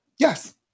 Yes